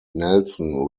nelson